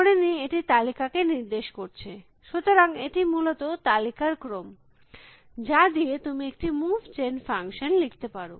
ধরে নি এটি তালিকা কে নির্দেশ করছে সুতরাং এটি মূলত তালিকার ক্রম যা দিয়ে তুমি একটি মুভ জেন ফাংশন লিখতে পারো